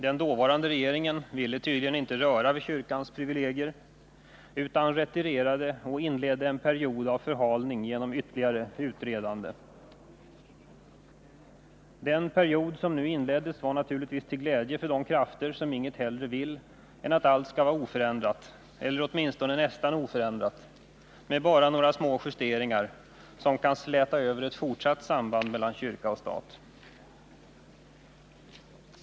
Den dåvarande regeringen ville tydligen inte röra vid kyrkans privilegier utan retirerade och inledde en period av förhalning genom ytterligare utredande. Den period som nu inleddes var naturligtvis till glädje för de krafter som inget hellre vill än att allt skall vara oförändrat, eller nästan oförändrat med bara några små justeringar som kan släta över ett fortsatt samband mellan kyrka och stat.